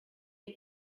est